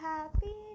Happy